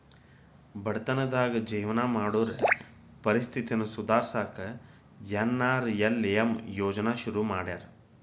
ಬಡತನದಾಗ ಜೇವನ ಮಾಡೋರ್ ಪರಿಸ್ಥಿತಿನ ಸುಧಾರ್ಸಕ ಎನ್.ಆರ್.ಎಲ್.ಎಂ ಯೋಜ್ನಾ ಶುರು ಮಾಡ್ಯಾರ